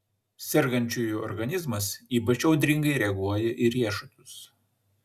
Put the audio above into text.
sergančiųjų organizmas ypač audringai reaguoja į riešutus